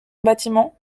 bâtiment